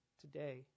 today